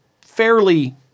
fairly